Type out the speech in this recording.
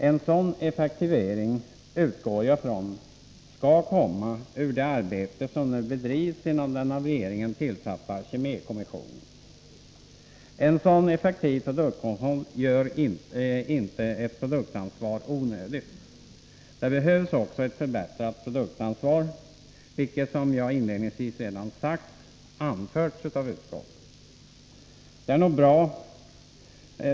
En sådan effektivisering skall, utgår jag från, komma ut ur det arbete som nu bedrivs inom den av regeringen tillsatta kemikommissionen. En sådan effektiv produktkontroll gör inte ett produktansvar onödigt. Det behövs också ett förbättrat produktansvar, vilket som jag inledningsvis redan sagt anförts av utskottet.